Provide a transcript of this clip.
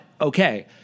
okay